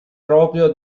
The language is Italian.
proprio